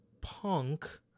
Punk